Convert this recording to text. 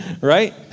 right